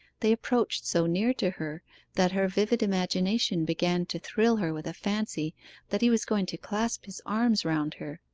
they approached so near to her that her vivid imagination began to thrill her with a fancy that he was going to clasp his arms round her.